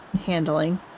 handling